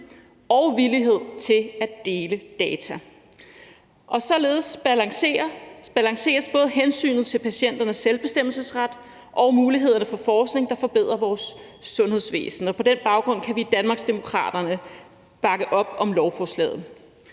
og villighed til at dele data. Således balanceres både hensynet til patienternes selvbestemmelsesret og mulighederne for forskning, der forbedrer vores sundhedsvæsen. På den baggrund kan vi i Danmarksdemokraterne bakke op om lovforslaget.